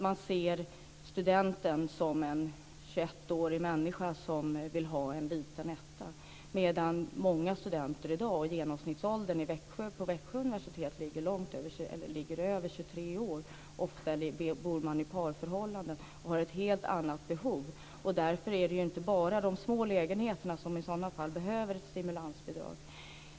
Man ser studenten som en 21-årig människa som vill ha en liten etta. Men det gäller inte många studenter i dag. Genomsnittsåldern på Växjö universitet ligger över 23 år. Ofta bor man i parförhållanden och har helt andra behov. Därför är det inte bara de små lägenheterna som i sådana fall behöver stimulansbidrag.